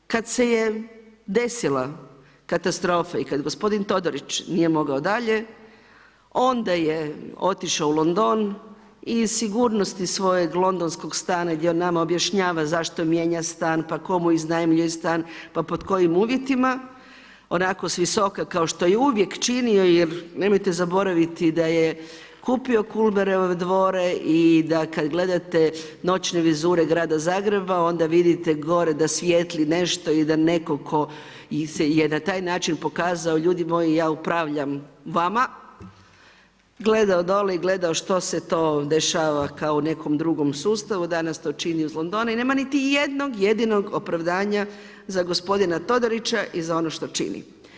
Kad se je desila katastrofa i kad gospodin Todorić nije mogao dalje, onda je otišao u London i iz sigurnosti svojeg londonskog stana gdje on nama objašnjava zašto mijenja stan, tko mu iznajmljuje stan, pa pod kojim uvjetima, onako s visoka kao što je uvijek činio jel, nemojte zaboraviti da je kupio Kulmerove dvore i da kada gledate noćne vizure grada Zagreba onda vidite gore da svijetli nešto i da neko ko je na taj način pokazao, ljudi moji ja upravljam vama, gledao dole i gledao što se to dešava kao u nekom drugom sustavu, danas to čini iz Londona i nema niti jednog jedinog opravdanja za gospodina Todorića i za ono što čini.